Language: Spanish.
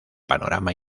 panorama